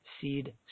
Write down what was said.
Seed